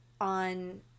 on